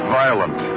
violent